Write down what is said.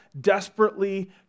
desperately